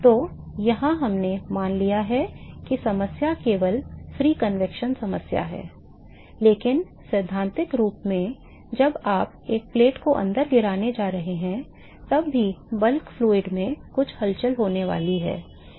तो यहाँ हमने मान लिया है कि समस्या केवल मुक्त संवहन समस्या है लेकिन सिद्धांत रूप में जब आप एक प्लेट को अंदर गिराने जा रहे हैं तब भी bulk fluid में कुछ हलचल होने वाली है